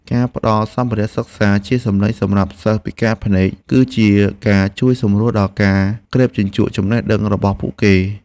ការផ្តល់សម្ភារៈសិក្សាជាសម្លេងសម្រាប់សិស្សពិការភ្នែក គឺជាការជួយសម្រួលដល់ការក្រេបជញ្ជក់ចំណេះដឹងរបស់ពួកគេ។